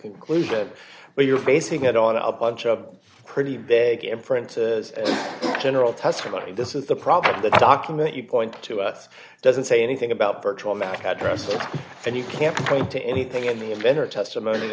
conclusion but you're facing it on a bunch of pretty big inferences general testimony this is the problem the document you point to us doesn't say anything about virtual mac addresses and you can't point to anything in the event or testimony